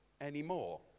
anymore